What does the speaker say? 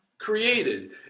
created